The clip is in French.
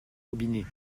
robinet